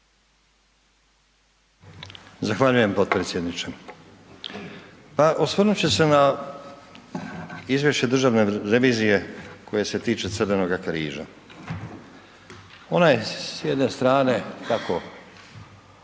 Zahvaljujem potpredsjedniče. Pa osvrnut ću se na izvješće Državne revizije koje se tiče Crvenoga križa, ona je s jedne strane, kako